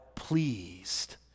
pleased